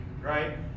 right